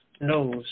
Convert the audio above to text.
knows